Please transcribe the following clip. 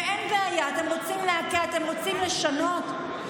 אין בעיה, אתם רוצים לשנות?